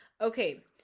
Okay